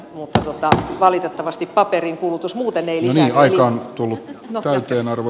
mutta valitettavasti paperin kulutus muuten ei lisäänny eli